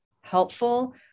helpful